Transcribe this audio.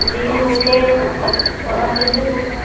जी मुझे वहाँ दिल्ली घूमना है